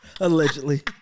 allegedly